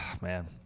Man